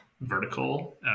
vertical